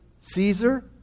Caesar